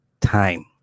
time